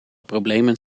problemen